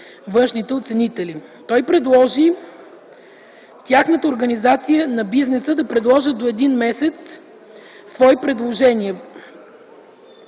външните оценители. Той предложи тяхната организация, на бизнеса, да предложи до един месец свои предложения.